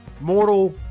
Mortal